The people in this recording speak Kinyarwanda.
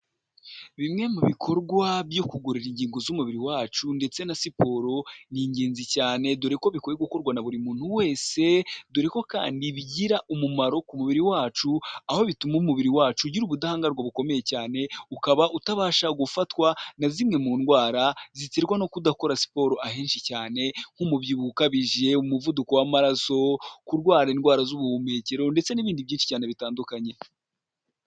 Bimwe mu bikorwa byo kugurira ingingo z'umubiri wacu ndetse na siporo ni ingenzi cyane dore ko bikwiye gukorwa na buri muntu wese dore ko kandi bigira umumaro ku mubiri wacu aho bituma umubiri wacu ugira ubudahangarwa bukomeye cyane ukaba utabasha gufatwa na zimwe mu ndwara ziterwa no kudakora siporo ahenshi cyane nk'umubyibuho ukabije umuvuduko w'amaraso kurwara indwara z'ubuhumekero ndetse n'ibindi byinshi cyane bitandukanye.